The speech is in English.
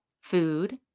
food